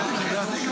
בבקשה.